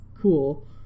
cool